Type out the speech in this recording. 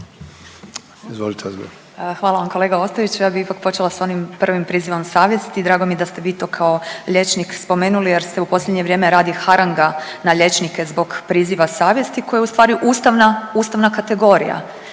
Hvala vam kolega Ostojić. Ja bih ipak počela sa onim prvim, prizivom savjesti. Drago mi je da ste vi to kao liječnik spomenuli jer se u posljednje vrijeme radi haranga na liječnike zbog priziva savjesti koja je ustvari ustavna kategorija,